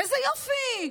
איזה יופי,